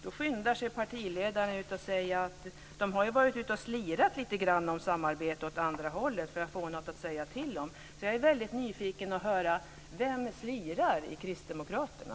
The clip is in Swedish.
Då skyndar sig partiledaren ut och säger att de har varit ute och slirat lite grann om samarbete åt det andra hållet för att få något att säga till om. Därför är jag väldigt nyfiken på att höra vem som slirar i Kristdemokraterna.